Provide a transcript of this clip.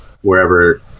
wherever